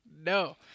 No